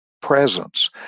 presence